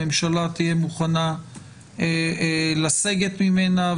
הממשלה תהיה מוכנה לסגת ממנה,